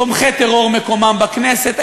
תומכי טרור מקומם בכנסת,